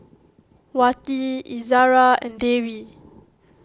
Wati Izara and Dewi